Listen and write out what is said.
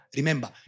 Remember